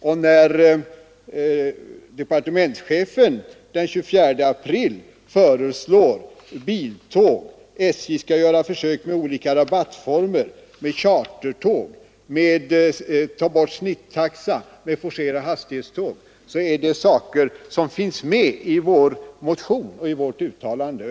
Och när departementschefen den 24 april föreslog att SJ skulle göra försök med olika rabattformer, chartertåg, snabbtåg, ta bort snittaxan, är det saker som finns med i folkpartimotionen och i utskottets förslag.